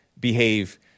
behave